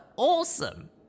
awesome